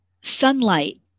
sunlight